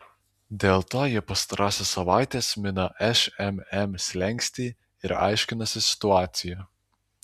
dėl to jie pastarąsias savaites mina šmm slenkstį ir aiškinasi situaciją